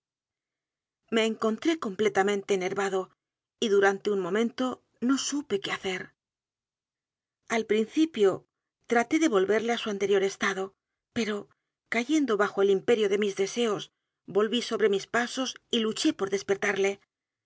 me encontré completamente enervado y durante u n momento no supe qué hacer al principio traté de voledgar poe novelas y cuentos verle á su anterior estado pero cayendo bajo el imperio de mis deseos volví sobre mis pasos y luché por despertarle